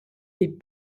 des